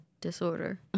disorder